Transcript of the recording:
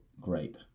grape